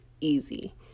easy